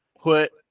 put